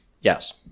Yes